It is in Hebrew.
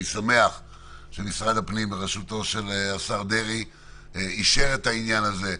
אני שמח שמשרד הפנים בראשותו של השר דרעי אישר את העניין הזה,